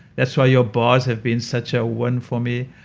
that's why your bars have been such a win for me